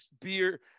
beer